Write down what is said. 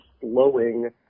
slowing